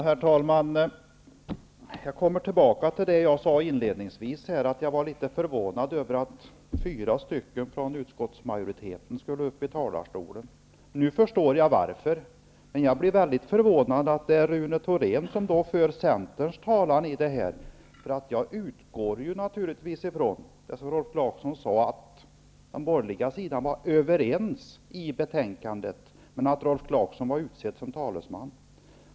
Herr talman! Jag återkommer till det jag sade inledningsvis, nämligen att jag är litet förvånad över att fyra ledamöter från utskottsmajoriteten går upp i talarstolen. Nu förstår jag varför. Men jag är väldigt förvånad över det som Rune Thorén säger. Han är ju Centerns talesman här. Jag utgår naturligtvis från, som Rolf Clarkson sade, att man på den borgerliga sidan var överens när det gäller betänkandet och att Rolf Clarkson var utsedd till talesman.